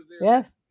Yes